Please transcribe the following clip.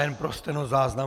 Jenom pro stenozáznam.